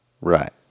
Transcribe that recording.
Right